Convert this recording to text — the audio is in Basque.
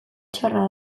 txarra